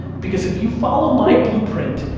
because if you follow my blueprint,